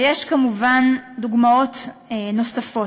ויש כמובן דוגמאות נוספות.